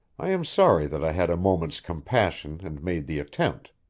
i am sorry that i had a moment's compassion and made the attempt.